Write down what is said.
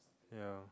ya